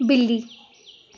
ਬਿੱਲੀ